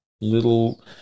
little